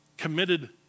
committed